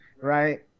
right